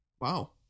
Wow